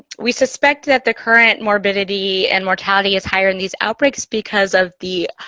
we suspect that the current morbidity and mortality is higher in these outbreaks because of the